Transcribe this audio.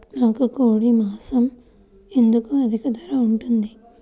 నాకు కోడి మాసం ఎందుకు అధిక ధర ఉంటుంది?